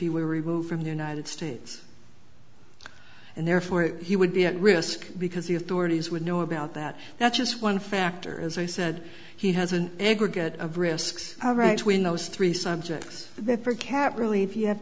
he were removed from the united states and therefore he would be at risk because the authorities would know about that that's just one factor as i said he has an aggregate of risks all right when those three subjects for cat really if you have